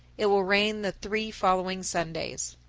it will rain the three following sundays.